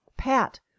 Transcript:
Pat